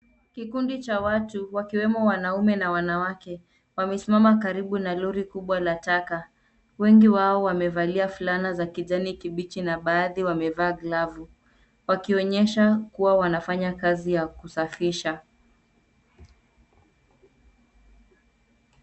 Kikundi cha watu, wakiwemo wanaume na wanawake, wamesimama karibu na lori kubwa la taka. Wengi wao wamevalia fulana za kijani kibichi na baadhi wamevaa glavu. Wanaonyesha kuwa wanafanya kazi ya usafi.